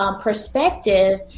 Perspective